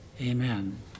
Amen